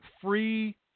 free